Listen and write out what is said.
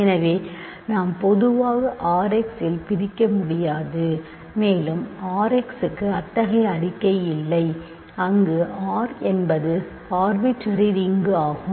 எனவே நாம் பொதுவாக R x இல் பிரிக்க முடியாது மேலும் R x க்கு அத்தகைய அறிக்கை இல்லை அங்கு R என்பது ஆர்பிட்டரி ரிங் ஆகும்